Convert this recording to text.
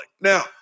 Now